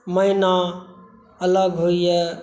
मैना अलग होइए